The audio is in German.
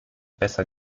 besser